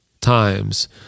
times